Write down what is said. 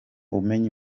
umenya